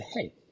hey